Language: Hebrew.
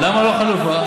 למה לא חלופה?